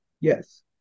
Yes